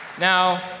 Now